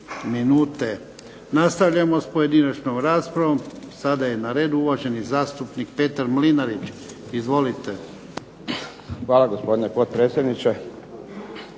sati. Nastavljamo s pojedinačnom raspravom. Sada je na redu uvaženi zastupnik Petar Mlinarić. Izvolite. **Mlinarić, Petar